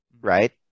right